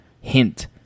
hint